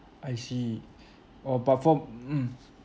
I see oh but for mm